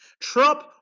Trump